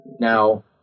Now